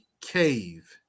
cave